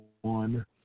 one